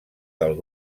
del